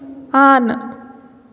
on